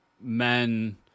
men